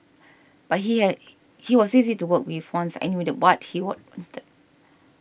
but he had he was easy to work with once I knew what he